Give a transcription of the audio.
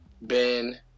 Ben